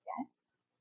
Yes